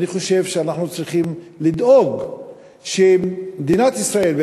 ואני חושב שאנחנו צריכים לדאוג שמדינת ישראל,